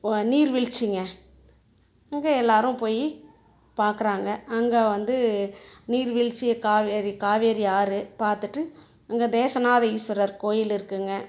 நீர்வீழ்ச்சிங்க அங்கே எல்லோரும் போய் பார்க்குறாங்க அங்கே வந்து நீர் வீழ்ச்சிய காவேரி காவேரி ஆறு பார்த்துட்டு அங்கே தேச நாத ஈஸ்வரர் கோவில் இருக்குங்க